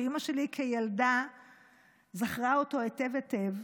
ואימא שלי כילדה זכרה אותו היטב היטב.